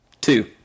Two